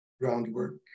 groundwork